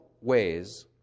ways